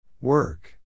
Work